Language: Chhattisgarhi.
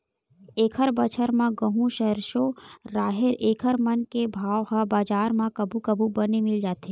एकत बछर म गहूँ, सरसो, राहेर एखर मन के भाव ह बजार म कभू कभू बने मिल जाथे